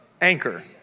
anchor